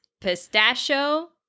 Pistachio